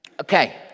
Okay